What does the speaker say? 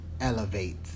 elevate